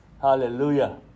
Hallelujah